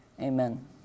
amen